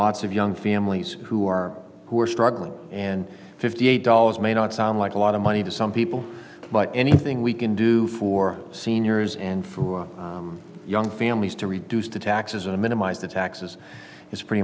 lots of young families who are who are struggling and fifty eight dollars may not sound like a lot of money to some people but anything we can do for seniors and for young families to reduce the taxes and minimize the taxes is pretty